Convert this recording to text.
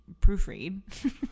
proofread